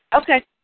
Okay